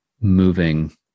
moving